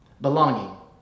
belonging